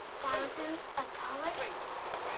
thousands of dollars?